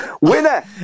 Winner